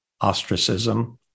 ostracism